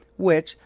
which,